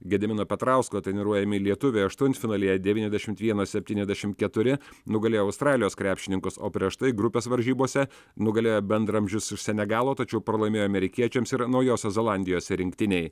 gedimino petrausko treniruojami lietuviai aštuntfinalyje devyniasdešimt vienas septyniasdešim keturi nugalėjo australijos krepšininkus o prieš tai grupės varžybose nugalėjo bendraamžius iš senegalo tačiau pralaimėjo amerikiečiams ir naujosios zelandijos rinktinei